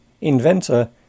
inventor